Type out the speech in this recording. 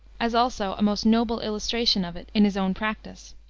as also a most noble illustration of it in his own practice.